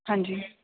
ਹਾਂਜੀ